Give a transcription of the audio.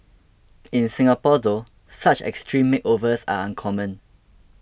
in Singapore though such extreme makeovers are uncommon